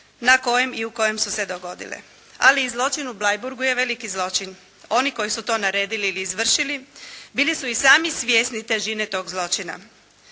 na kojem i u kojem su se dogodile. Ali i zločin u Bleiburgu je veliki zločin. Oni koji su to naredili ili izvršili bili su i sami svjesni težine tog zločina.